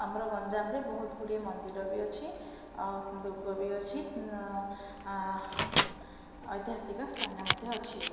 ଆମର ଗଞ୍ଜାମରେ ବହୁତ ଗୁଡ଼ିଏ ମନ୍ଦିର ବି ଅଛି ଆଉ ଦୁର୍ଗ ବି ଅଛି ଐତିହାସିକ ସ୍ଥାନ ମଧ୍ୟ ଅଛି